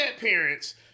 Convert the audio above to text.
parents